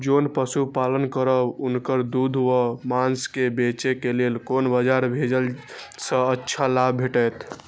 जोन पशु पालन करब उनकर दूध व माँस के बेचे के लेल कोन बाजार भेजला सँ अच्छा लाभ भेटैत?